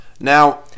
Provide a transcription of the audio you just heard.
Now